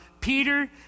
Peter